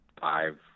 five